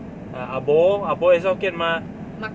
uh ar bo ar bo 也是 hokkien mah